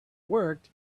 worked